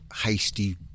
hasty